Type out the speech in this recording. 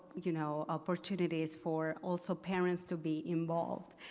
you know, opportunities for also parents to be involved.